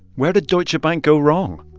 where did deutsche bank go wrong?